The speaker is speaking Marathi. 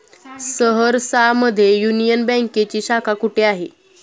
सहरसा मध्ये युनियन बँकेची शाखा कुठे आहे?